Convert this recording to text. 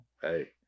Hey